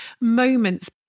moments